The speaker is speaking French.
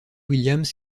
williams